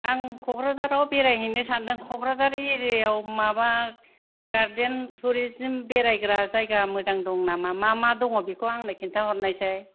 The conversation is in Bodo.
आं क'क्राझाराव बेराय हैनो सानदों क'क्राझार एरियाआव माबा गारदेन टुरिजिम बेरायग्रा जायगा मोजां दं नामा माबा मा दङ बैखौ आंनो खिथा हरनायसाय